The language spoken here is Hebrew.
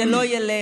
זה לא ילך,